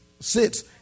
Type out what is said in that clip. sits